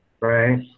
right